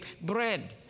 Bread